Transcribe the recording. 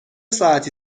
ساعتی